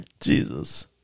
Jesus